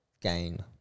gain